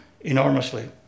enormously